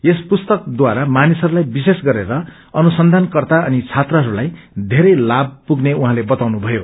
यस पुस्तकबारा मानिसहस्लाई विशेष गरेर अनुसन्धानकर्ता अनि छात्रहरूलाई बेरै लाभ पुग्ने उहाँले बताउनुथयो